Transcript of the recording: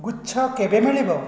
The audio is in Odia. ଗୁଚ୍ଛ କେବେ ମିଳିବ